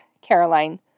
Caroline